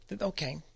Okay